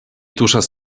tuŝas